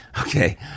Okay